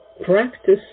Practice